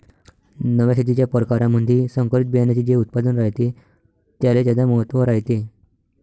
नव्या शेतीच्या परकारामंधी संकरित बियान्याचे जे उत्पादन रायते त्याले ज्यादा महत्त्व रायते